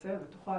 תרצה ותוכל,